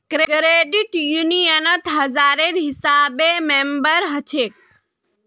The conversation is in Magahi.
क्रेडिट यूनियनत हजारेर हिसाबे मेम्बर हछेक